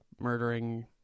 murdering